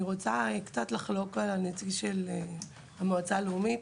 אני רוצה לחלוק על הדברים של נציג המועצה הלאומית.